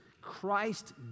Christ